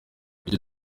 icyo